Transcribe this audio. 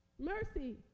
Mercy